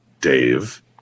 Dave